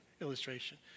illustration